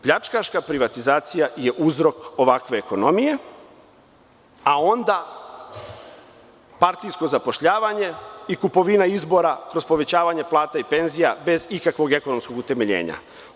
Pljačkaška privatizacija je uzrok ovakve ekonomije, a onda partijsko zapošljavanje i kupovina izbora kroz povećavanje plata i penzija bez ikakvog ekonomskog utemeljenja.